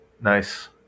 Nice